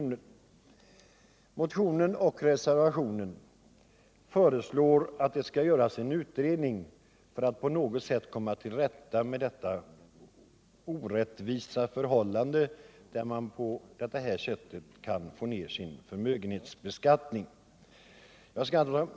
I motionen och reservationen föreslås att en utredning skall göras för att på något sätt komma till rätta med det orättvisa förhållandet att man kan sänka sin förmögenhetsbeskattning genom sådana här köp.